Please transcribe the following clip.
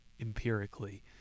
empirically